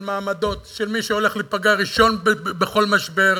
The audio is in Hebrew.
של מעמדות, של מי שהולך להיפגע ראשון בכל משבר,